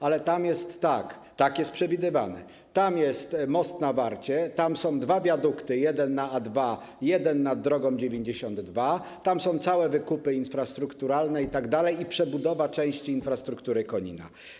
Ale - tak jest przewidywane - tam jest most na Warcie, tam są dwa wiadukty, jeden na A2, jeden nad drogą 92, tam są całe wykupy infrastrukturalne itd. oraz przebudowa części infrastruktury Konina.